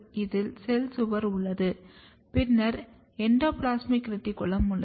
இதில் செல் சுவர் உள்ளது பின்னர் எண்டோபிளாஸ்மிக் ரெட்டிகுலம் உள்ளது